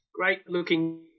Great-looking